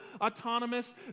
autonomous